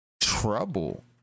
trouble